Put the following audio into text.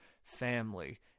family